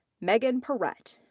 meghan parrett.